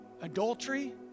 adultery